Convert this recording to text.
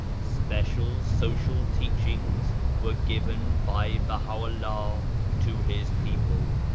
special social teachings were given by baha'u'llah to his people.